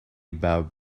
about